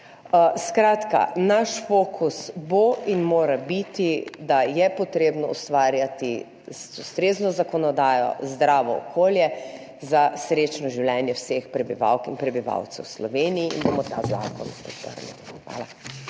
Skratka, naš fokus bo in mora biti, da je potrebno ustvarjati z ustrezno zakonodajo zdravo okolje za srečno življenje vseh prebivalk in prebivalcev v Sloveniji. Ta zakon bomo podprli. Hvala.